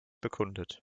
bekundet